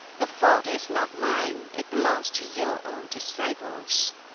the fault is not mine it belongs to you, o disciples